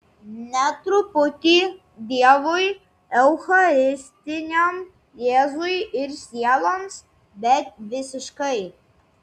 ne truputį dievui eucharistiniam jėzui ir sieloms bet visiškai